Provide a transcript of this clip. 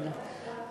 תודה.